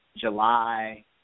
July